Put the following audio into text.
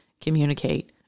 communicate